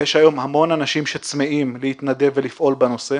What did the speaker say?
יש היום המון אנשים שצמאים להתנדב ולפעול בנושא.